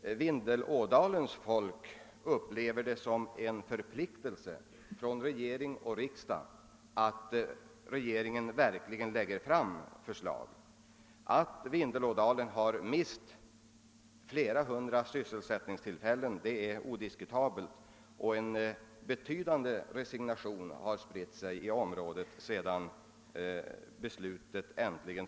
Vindelälvsdalens befolkning upplever det som en förpliktelse att regeringen verkligen lägger fram förslag i enlighet med 1967 års riksdagsbeslut. Att Vindelälvsdalen har mist flera hundra sysselsättningstillfällen är odiskutabelt. En betydande resignation har spritt sig i området sedan beslutet om Vindelälven